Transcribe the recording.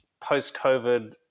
post-COVID